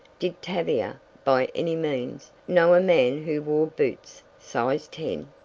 did tavia, by any means, know a man who wore boots size ten?